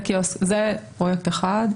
זה פרויקט אחד.